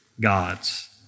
God's